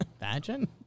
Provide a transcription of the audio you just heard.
Imagine